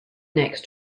next